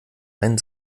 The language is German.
ein